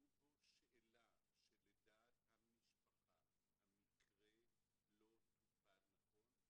בו שאלה שלדעת המשפחה המקרה לא טופל נכון,